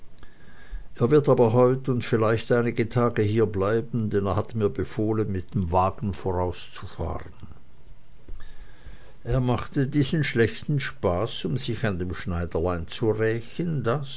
er wird aber heut und vielleicht einige tage hierbleiben denn er hat mir befohlen mit dem wagen vorauszufahren er machte diesen schlechten spaß um sich an dem schneiderlein zu rächen das